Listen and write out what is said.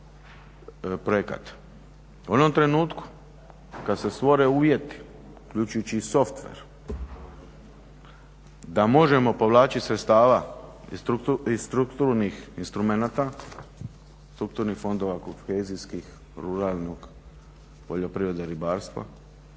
U onom trenutku kada se stvore uvjeti uključujući i softver da možemo povlačiti sredstava iz strukturnih fondova, kohezijskih, ruralnog, poljoprivreda, ribarstava